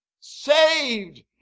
saved